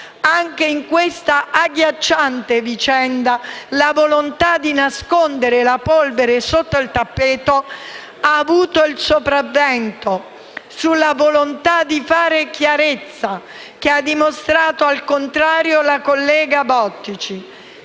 Anche in questa agghiacciante vicenda la volontà di nascondere la polvere sotto il tappeto ha avuto il sopravvento sulla volontà di fare chiarezza, che ha dimostrato al contrario la collega Bottici.